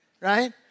right